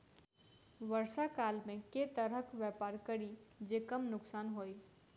वर्षा काल मे केँ तरहक व्यापार करि जे कम नुकसान होइ?